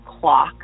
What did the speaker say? clock